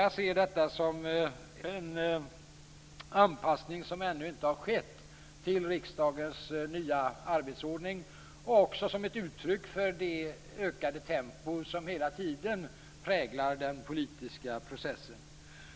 Jag ser detta som en anpassning som ännu inte har skett till riksdagens nya arbetsordning och som ett uttryck för det ökade tempo som hela tiden präglar den politiska processen.